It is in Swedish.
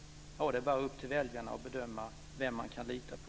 Det är upp till väljarna att bedöma vem man kan lita på.